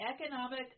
economic